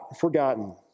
forgotten